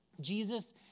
Jesus